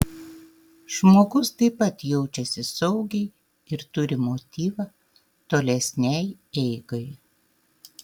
žmogus taip pat jaučiasi saugiai ir turi motyvą tolesnei eigai